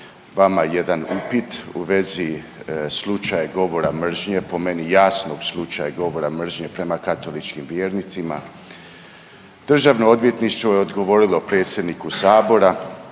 vama jedan upit u vezi slučaj govora mržnje, po meni jasno slučaj govora mržnje prema katoličkim vjernicima. DORH je odgovorilo predsjedniku Sabora,